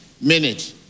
minute